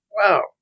Wow